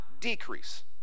decrease